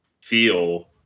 feel